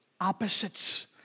opposites